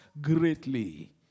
greatly